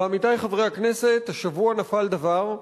ועמיתי חברי הכנסת, השבוע נפל דבר,